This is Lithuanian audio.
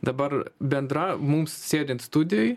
dabar bendra mums sėdint studijoj